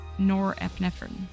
norepinephrine